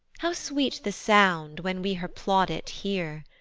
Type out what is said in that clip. how sweet the sound when we her plaudit hear?